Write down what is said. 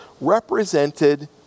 represented